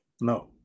no